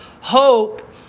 Hope